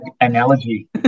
analogy